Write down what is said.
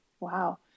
wow